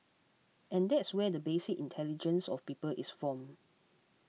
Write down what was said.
and that's where the basic intelligence of people is formed